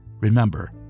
Remember